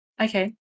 Okay